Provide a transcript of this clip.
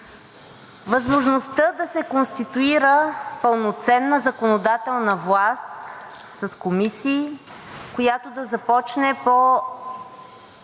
Възможността да се конституира пълноценна законодателна власт с комисии, която да започне работа